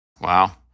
Wow